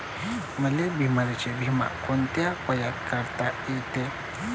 मले बिमारीचा बिमा कोंत्या वयात काढता येते?